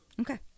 Okay